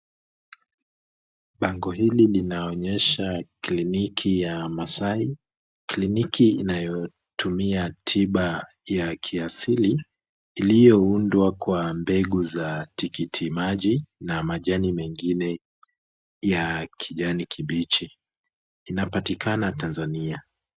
Bango hili linaonyesha kliniki ya Masai. Kliniki inayotumia tiba ya kiasili iliyoundwa kwa mbegu za tikitimaji na majani mengine ya kijani kibichi. Inapatikana Tanzania.